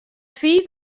fiif